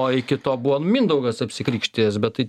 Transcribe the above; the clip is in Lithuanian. o iki to buvo mindaugas apsikrikštijęs bet tai